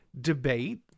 debate